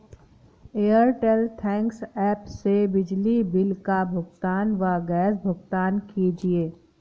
Airtel thanks app से बिजली bill का भुगतान व गैस भुगतान कीजिए